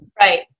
Right